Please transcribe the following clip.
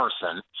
person